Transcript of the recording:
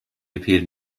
appeared